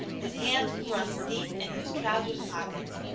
his hands thrust deep in his trousers pockets,